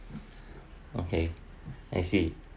okay I see